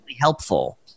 helpful